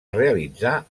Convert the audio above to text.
realitzar